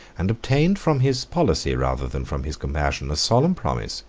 and obtained from his policy, rather than from his compassion, a solemn promise,